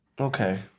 okay